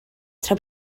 tra